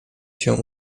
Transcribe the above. się